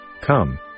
Come